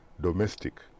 domestic